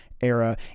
era